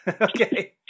Okay